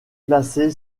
placée